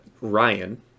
Ryan